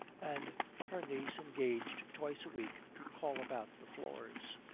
and her niece engaged twice a week to crawl about the floors.